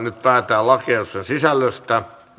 nyt päätetään lakiehdotuksen sisällöstä